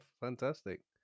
Fantastic